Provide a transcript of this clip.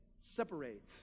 separate